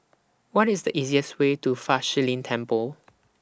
What IS The easiest Way to Fa Shi Lin Temple